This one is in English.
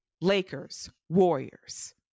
Lakers-Warriors